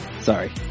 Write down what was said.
Sorry